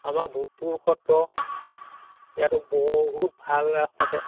আমাৰ ভোগপুৰ সত্ৰ ইয়াতো বহুত ভাল ৰাস পাতে